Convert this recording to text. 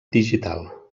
digital